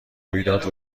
رویداد